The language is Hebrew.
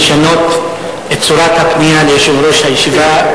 לשנות את צורת הפנייה ליושב-ראש הישיבה.